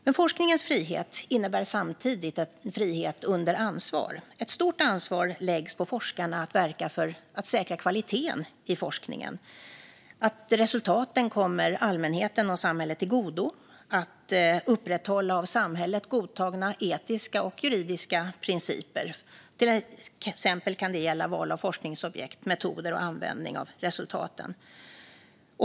Men forskningens frihet innebär samtidigt frihet under ansvar. Ett stort ansvar läggs på forskarna att verka för att säkra kvaliteten i forskningen, att resultaten kommer allmänheten och samhället till godo och att upprätthålla av samhället godtagna etiska och juridiska principer. Till exempel kan det gälla val av forskningsobjekt, metoder och användning av resultaten.